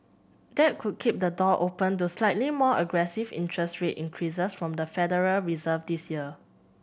that could keep the door open to slightly more aggressive interest rate increases from the Federal Reserve this year